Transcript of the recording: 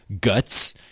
guts